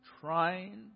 trying